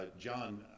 John